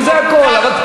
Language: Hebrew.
וזה הכול.